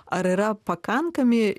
ar yra pakankami